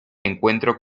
encuentro